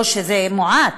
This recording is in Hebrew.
לא שזה מעט,